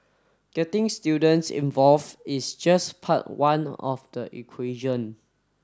getting students involve is just part one of the equation